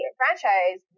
franchise